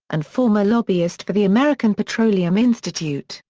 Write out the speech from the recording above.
and former lobbyist for the american petroleum institute,